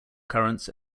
currents